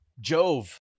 jove